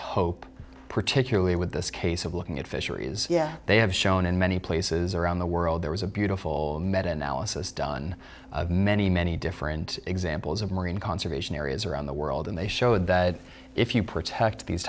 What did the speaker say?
hope particularly with this case of looking at yes they have shown in many places around the world there was a beautiful med analysis done of many many different examples of marine conservation areas around the world and they showed that if you protect these